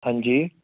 ਹਾਂਜੀ